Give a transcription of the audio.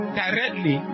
directly